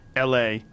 LA